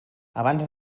abans